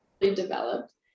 developed